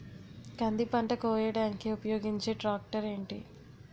కంది పంట కోయడానికి ఉపయోగించే ట్రాక్టర్ ఏంటి?